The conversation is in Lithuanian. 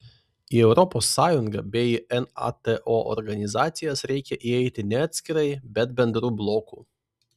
į europos sąjungą bei nato organizacijas reikia įeiti ne atskirai bet bendru bloku